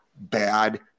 bad